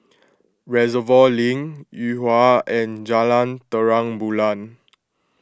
Reservoir Link Yuhua and Jalan Terang Bulan